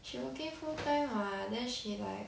she working full time what then she like